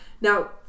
Now